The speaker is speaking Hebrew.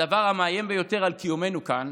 הדבר המאיים ביותר על קיומנו כאן